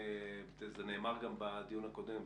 ונאמר גם בדיון הקודם,